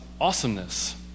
awesomeness